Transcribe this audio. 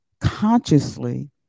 consciously